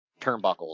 turnbuckles